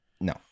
No